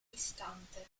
istante